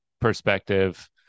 perspective